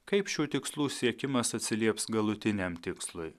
kaip šių tikslų siekimas atsilieps galutiniam tikslui